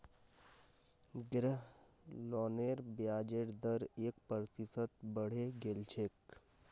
गृह लोनेर ब्याजेर दर एक प्रतिशत बढ़े गेल छेक